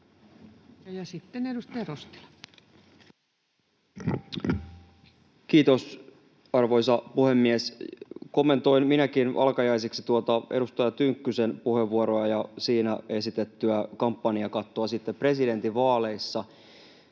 Time: 18:10 Content: Kiitos, arvoisa puhemies! Kommentoin minäkin alkajaisiksi tuota edustaja Tynkkysen puheenvuoroa ja siinä esitettyä kampanjakattoa presidentinvaaleissa.